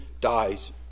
dies